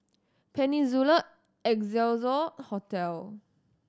Peninsula Excelsior Hotel